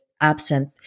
absinthe